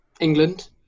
england